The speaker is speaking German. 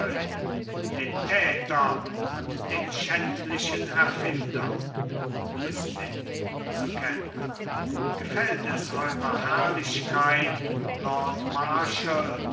den täter und den schändlichen erfinder aubespine zu kent gefällt es eurer herrlichkeit lordmarschall